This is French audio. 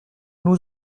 nous